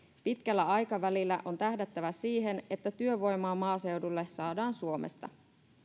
pitkällä aikavälillä on tähdättävä siihen että työvoimaa maaseudulle saadaan suomesta